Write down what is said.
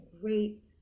great